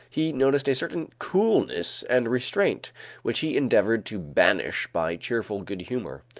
he noticed a certain coldness and restraint which he endeavored to banish by cheerful good humor.